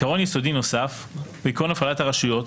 עקרון יסודי נוסף הוא עקרון הפרדת הרשויות,